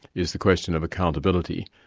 is the question of accountability.